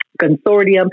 consortium